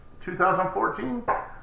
2014